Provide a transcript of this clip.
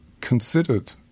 considered